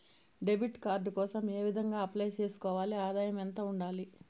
Debit card కోసం ఏ విధంగా అప్లై సేసుకోవాలి? ఆదాయం ఎంత ఉండాలి?